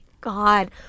God